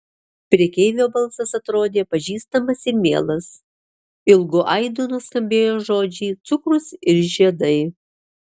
prekeivio balsas atrodė pažįstamas ir mielas ilgu aidu nuskambėjo žodžiai cukrus ir žiedai